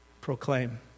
proclaim